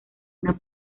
una